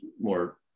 more